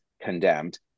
condemned